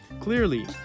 Clearly